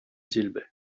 silbe